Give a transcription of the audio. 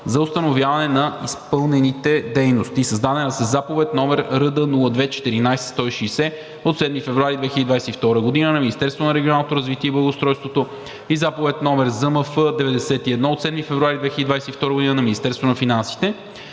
за установяване на изпълнените дейности (създадена със Заповед № РД-02-14-160 от 7 февруари 2022 г. на Министерството на регионалното развитие и благоустройството и Заповед № ЗМФ-91 от 7 февруари 2022 г. на Министерството на финансите),